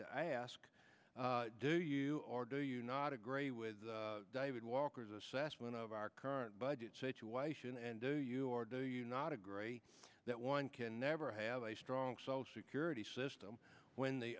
to ask do you or do you not agree with david walker's assessment of our current budget situation and do you or do you not agree that one can never have a strong social security system when the